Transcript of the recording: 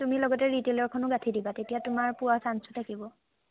তুমি লগতে ৰিটেলৰখনো গাঁঠি দিবা তেতিয়া তোমাৰ পোৱা ছাঞ্চটো থাকিব